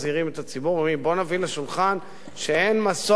בוא נביא לשולחן שאין מסוף לקליטת הגז?